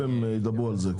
עכשיו הם ידברו על זה.